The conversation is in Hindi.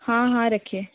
हाँ हाँ रखिए